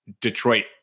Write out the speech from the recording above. Detroit